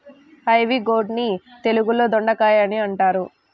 ivy gourd ని తెలుగులో దొండకాయ అని అంటారు